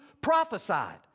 prophesied